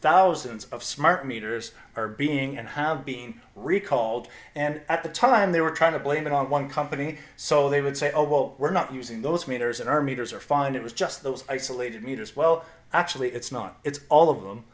thousands of smart meters are being and have being recalled and at the time they were trying to blame it on one company so they would say oh well we're not using those meters and our meters are find it was just those isolated meters well actually it's not it's all of them